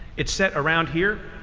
it's set around here,